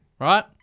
right